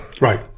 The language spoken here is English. Right